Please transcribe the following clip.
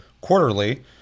quarterly